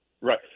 Right